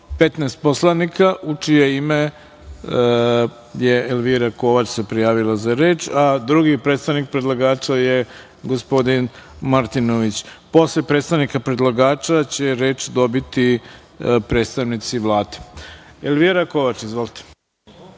15 poslanika, u čije ime se Elvira Kovač prijavila za reč, a drugi predstavnik predlagača je gospodin Martinović. Posle predstavnika predlagača će reč dobiti predstavnici Vlade. Elvira Kovač ima reč.